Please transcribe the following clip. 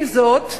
עם זאת,